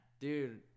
dude